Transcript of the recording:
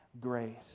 grace